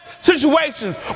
situations